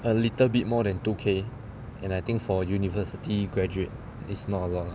a little bit more than two k and I think for university graduate is not a lot lah